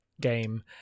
game